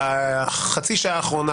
חצי השעה האחרונה,